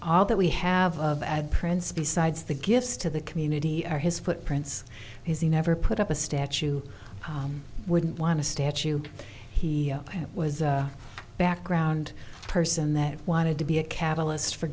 all that we have of add prince besides the gifts to the community are his footprints his he never put up a statue wouldn't want a statue he was a background person that wanted to be a catalyst for